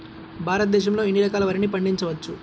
భారతదేశంలో ఎన్ని రకాల వరిని పండించవచ్చు